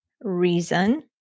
reason